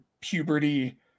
puberty